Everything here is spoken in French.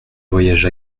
voyage